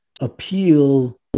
appeal